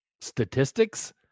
statistics